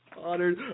honored